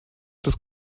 des